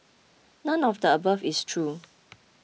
none of the above is true